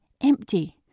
empty